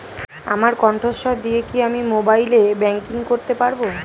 আমার কন্ঠস্বর দিয়ে কি আমি মোবাইলে ব্যাংকিং করতে পারবো?